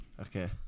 Okay